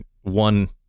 one